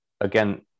again